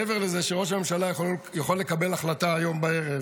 מעבר לזה שראש הממשלה יכול לקבל החלטה היום בערב